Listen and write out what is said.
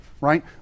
right